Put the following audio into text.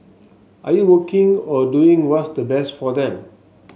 are you working or doing what's the best for them